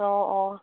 অঁ অঁ